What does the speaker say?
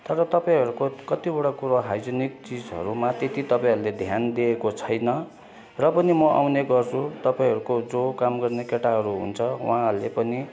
तर तपाईँहरूको कतिवटा कुरो हाइजेनिक चिजहरू माथि चाहिँ तपाईँहरूले त्यति ध्यान दिएको छैन र पनि म आउने गर्छु तपाईँहरूको जो काम गर्ने केटाहरू हुन्छ उहाँहरूले पनि